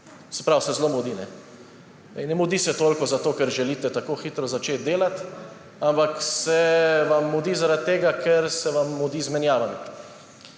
Se pravi, se zelo mudi. Ne mudi se toliko zato, ker želite tako hitro začeti delat, ampak se vam mudi zaradi tega, ker se vam mudi z menjavami.